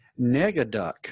negaduck